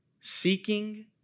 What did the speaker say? Seeking